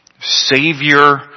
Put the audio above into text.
Savior